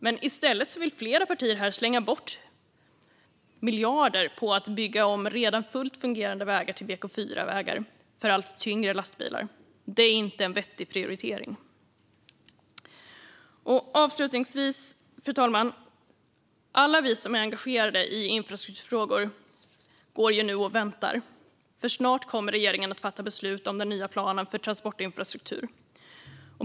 Men i stället vill flera partier här slänga bort miljarder på att bygga om redan fullt fungerande vägar till BK4-vägar för allt tyngre lastbilar. Det är inte en vettig prioritering. Fru talman! Avslutningsvis: Alla vi som är engagerade i infrastrukturfrågor går nu och väntar, för snart kommer regeringen att fatta beslut om den nya planen för transportinfrastruktur.